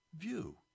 view